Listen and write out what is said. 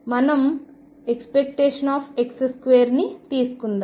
మనం ⟨x2⟩ని తీసుకుందాం